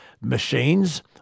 machines